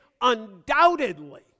undoubtedly